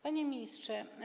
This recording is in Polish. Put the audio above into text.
Panie Ministrze!